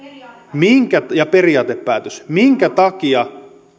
ja periaatepäätös minkä takia